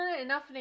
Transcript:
enough